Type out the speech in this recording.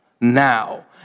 now